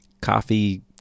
coffee